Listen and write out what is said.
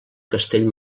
castell